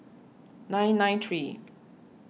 nine nine three